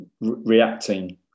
reacting